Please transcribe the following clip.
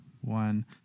one